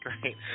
great